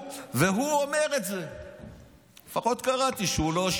השר המקשר בין הממשלה לכנסת דוד אמסלם: כן,